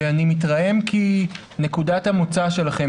אני מתרעם כי נקודת המוצא שלכם,